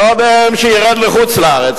קודם שירד לחוץ-לארץ,